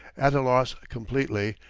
at a loss completely,